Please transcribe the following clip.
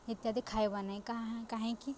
ଇତ୍ୟାଦି ଖାଇବ ନାହିଁ କାହିଁକି